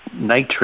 nitrate